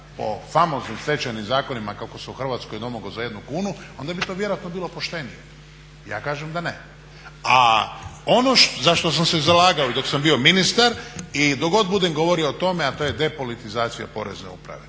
po famoznim stečajnim zakonima kako se u Hrvatskoj domogao za jednu kunu, onda bi to vjerojatno bilo poštenije. Ja kažem da ne. A ono za što sam se zalagao i dok sam bio ministar i dok god budem govorio o tome a do je depolitizacija porezne uprave.